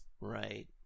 right